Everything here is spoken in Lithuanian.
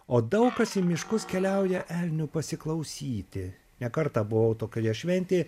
o daug kas į miškus keliauja elnių pasiklausyti ne kartą buvau tokioje šventėj